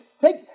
take